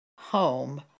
home